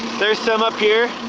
there's some up here.